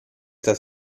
das